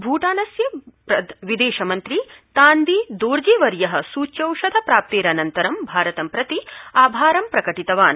भूटानस्य विदेशमन्त्री तान्दी दोर्जे वर्य सूच्यौषधप्राप्तेरनतरं भारतं प्रति आभारं प्रकटीकृतवान्